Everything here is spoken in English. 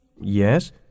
Yes